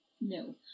no